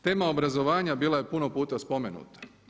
Tema obrazovanja bila je puno puta spomenuta.